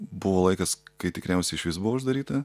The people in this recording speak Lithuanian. buvo laikas kai tikriausiai išvis buvo uždaryta